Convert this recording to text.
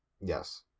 Yes